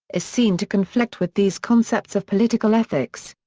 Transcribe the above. is seen to conflict with these concepts of political ethics.